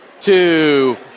two